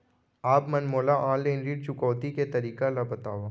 आप मन मोला ऑनलाइन ऋण चुकौती के तरीका ल बतावव?